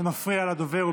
זה מפריע לדובר.